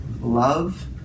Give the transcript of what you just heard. love